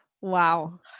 Wow